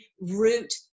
root